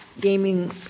gaming